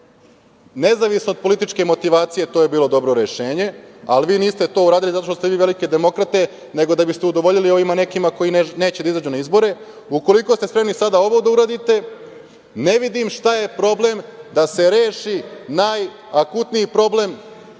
nezavisno od političke motivacije, to je bilo dobro rešenje, ali vi niste to uradili zato što ste vi velike demokrate nego da biste udovoljili ovima nekima koji neće da izađu na izbore. Ukoliko ste spremni sada ovo da uradite, ne vidim šta je problem da se reši najakutniji problem